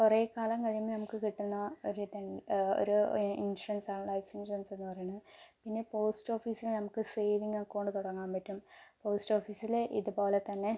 കുറേ കാലം കഴിയുമ്പം നമുക്ക് കിട്ടുന്ന ഒരു ഇത് ഒരു ഇൻഷുറൻസാണ് ലൈഫ് ഇൻഷുറൻസെന്ന് പറയുന്നത് പിന്നെ പോസ്റ്റ് ഓഫീസിൽ നമുക്ക് സേവിങ്ങ് അക്കൗണ്ട് തുടങ്ങാൻ പറ്റും പോസ്റ്റ് ഓഫീസിൽ ഇത്പോലെ തന്നെ